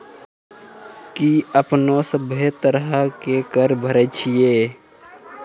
कि अपने सभ्भे तरहो के कर भरे छिये?